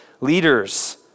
leaders